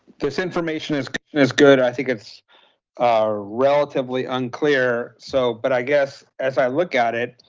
this information is is good. i think it's relatively unclear. so, but i guess as i look at it,